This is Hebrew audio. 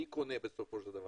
מי קונה בסופו של דבר?